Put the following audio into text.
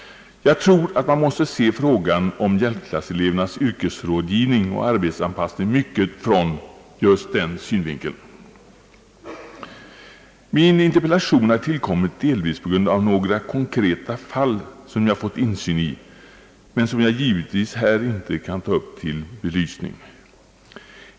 Jag tror att man måste se frågan om hjälpklasselevernas yrkesrådgivning och arbetsanpassning i stor utsträckning från den synvinkeln. Min interpellation har tillkommit delvis på grund av några konkreta fall, som jag fått insyn i men som jag givetvis här inte kan ta upp till belysning.